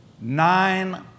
Nine